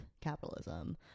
capitalism